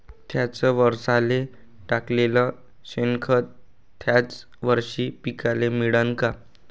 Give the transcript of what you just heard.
थ्याच वरसाले टाकलेलं शेनखत थ्याच वरशी पिकाले मिळन का?